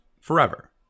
forever